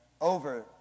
over